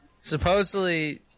Supposedly